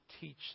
teach